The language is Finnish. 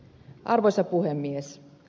arvoisa puhemies